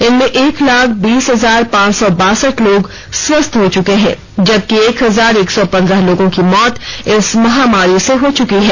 इनमें एक लाख बीस हजार पांच सौ बासठ लोग स्वस्थ हो चुके हैं जबकि एक हजार एक सौ पंद्रह लोगों की मौत इस महामारी से हो चुकी है